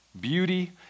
Beauty